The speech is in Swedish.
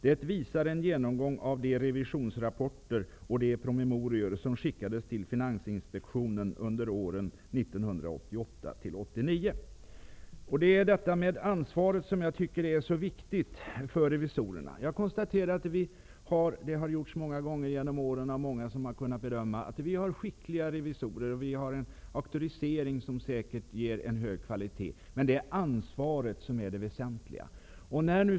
Det visar en genomgång av de revisionsrapporter och promemorior som skickades till finansinspektionen under åren 1988 och 1989.'' Jag tycker att det är så viktigt att revisorerna tar ansvar. Det har konstaterats många gånger genom åren att vi har skickliga revisorer och ett auktoriseringsförfarande som säkert ger en hög kvalitet. Men det är ansvaret som är det väsentliga.